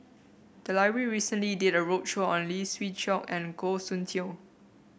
the library recently did a roadshow on Lee Siew Choh and Goh Soon Tioe